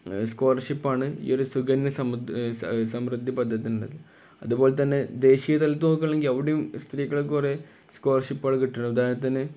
സ്കോളർഷിപ്പാണ് ഈ ഒരു സുകന്യ സദ് സമൃദ്ധി പദ്ധതി എന്നുള്ളത് അതുപോലെ തന്നെ ദേശീയ തലത്ത് നോക്കുകയാണെങ്കിൽ അവിടെയും സ്ത്രീകൾക്ക് കുറേ സ്കോളർഷിപ്പുകൾ കിട്ടുന്നുണ്ട് ഉദാഹരണത്തിന്